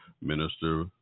Minister